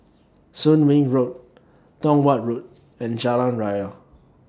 Soon Wing Road Tong Watt Road and Jalan Raya